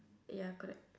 ya correct